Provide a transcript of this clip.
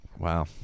Wow